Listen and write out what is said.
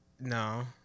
No